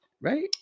right